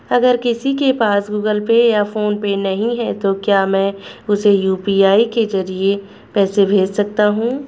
अगर किसी के पास गूगल पे या फोनपे नहीं है तो क्या मैं उसे यू.पी.आई के ज़रिए पैसे भेज सकता हूं?